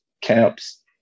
camps